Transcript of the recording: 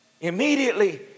Immediately